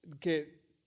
que